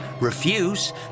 Refuse